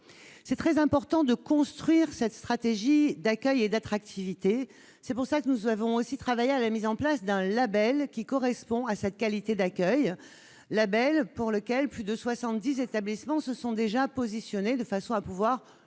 est très important de construire cette stratégie d'accueil et d'attractivité. C'est pourquoi nous avons aussi travaillé à la mise en place d'un label correspondant à cette qualité d'accueil, label pour lequel plus de soixante-dix établissements se sont déjà positionnés. Vous